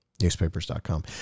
newspapers.com